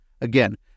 Again